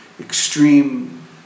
extreme